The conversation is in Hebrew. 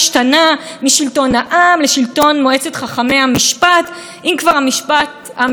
המשטר השתנה משלטון העם לשלטון עסקני הליכוד והבית היהודי,